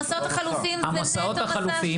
המסעות החלופיים זה נטו מסע.